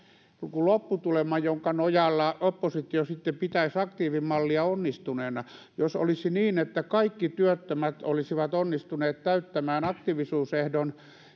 lopputulema jonka nojalla oppositio pitäisi aktiivimallia onnistuneena jos olisi niin että kaikki työttömät olisivat onnistuneet täyttämään aktiivisuusehdon